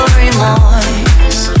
remorse